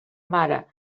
mare